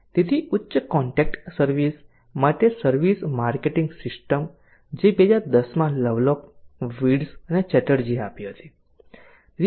તેથી ઉચ્ચ contact service માટે સર્વિસ માર્કેટિંગ સિસ્ટમ જે 2010 માં લવલોક વિર્ટ્ઝ અને ચેટર્જીએ આપી હતી